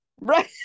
right